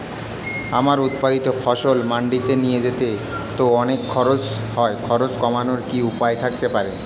আমার উৎপাদিত ফসল মান্ডিতে নিয়ে যেতে তো অনেক খরচ হয় খরচ কমানোর কি উপায় থাকতে পারে?